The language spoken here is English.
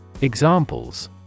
Examples